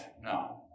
no